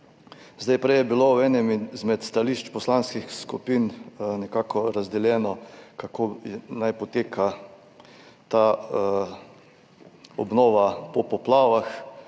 Vlade. Prej je bilo v enem izmed stališč poslanskih skupin nekako razdeljeno, kako naj poteka ta obnova po poplavah.